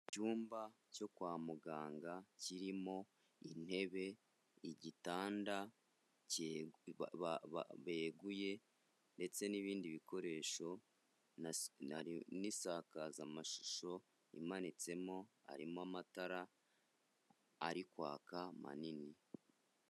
Icyumba cyo kwa muganga kirimo intebe, igitanda beguye ndetse n'ibindi bikoresho n'isakazamashusho imanitsemo, harimo amatara ari kwaka manini.